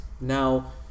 now